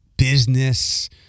business